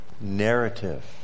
narrative